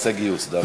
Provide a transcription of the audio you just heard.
תעשה גיוס, דוד.